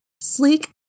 sleek